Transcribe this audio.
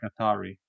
Atari